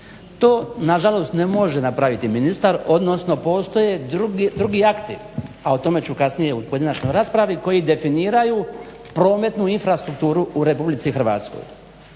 To na žalost ne može napraviti ministar, odnosno postoje drugi akti, a o tome ću kasnije u pojedinačnoj raspravi koji definiraju prometnu infrastrukturu u Republici Hrvatskoj.